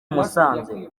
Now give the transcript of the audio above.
musanze